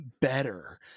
better